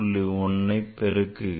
1ஐ பெருக்குகிறேன்